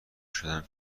شدم